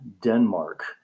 Denmark